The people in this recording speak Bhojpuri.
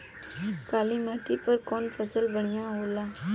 काली माटी पर कउन फसल बढ़िया होला?